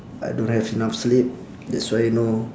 I don't have enough sleep that's why you know